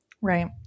Right